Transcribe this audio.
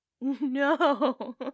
No